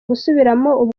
gusubiramo